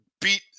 beat